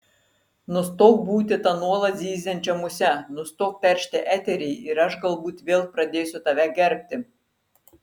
nustok būti ta nuolat zyziančia muse nustok teršti eterį ir aš galbūt vėl pradėsiu tave gerbti